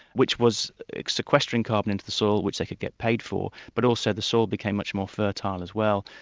which was sequestering carbon into the soil which they could get paid for, but also the soil became much more fertile as well.